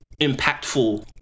impactful